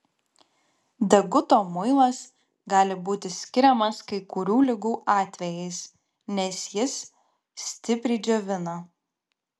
deguto muilas gali būti skiriamas kai kurių ligų atvejais nes jis stipriai džiovina